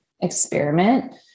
experiment